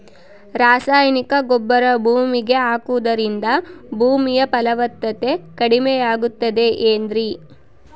ರಾಸಾಯನಿಕ ಗೊಬ್ಬರ ಭೂಮಿಗೆ ಹಾಕುವುದರಿಂದ ಭೂಮಿಯ ಫಲವತ್ತತೆ ಕಡಿಮೆಯಾಗುತ್ತದೆ ಏನ್ರಿ?